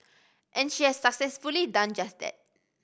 and she has successfully done just that